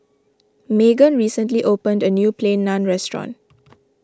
Maegan recently opened a new Plain Naan restaurant